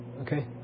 Okay